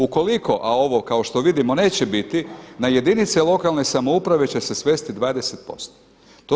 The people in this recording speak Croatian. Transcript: Ukoliko, a ovo kao što vidimo neće biti, na jedinice lokalne samouprave će se svesti 20 posto.